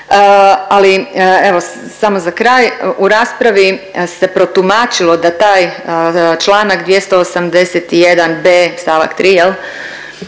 ali evo samo za kraj. U raspravi se protumačilo da taj čl. 281.b. st. 3. jel